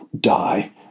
die